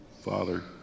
Father